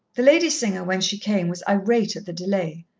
the lady singer, when she came, was irate at the delay.